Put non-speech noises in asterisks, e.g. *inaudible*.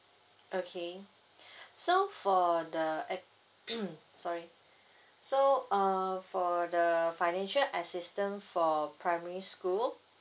okay *breath* so for the ap~ *coughs* sorry so uh for the financial assistance for primary school